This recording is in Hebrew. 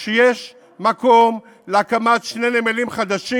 שיש מקום להקמת שני נמלים חדשים,